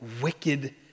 wicked